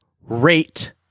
rate